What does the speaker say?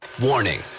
Warning